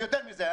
יותר מזה,